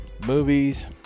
Movies